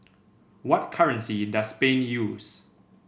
what currency does Spain use